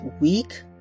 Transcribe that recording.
week